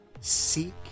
seek